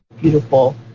beautiful